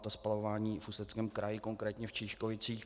To spalování v Ústeckém kraji, konkrétně v Čížkovicích.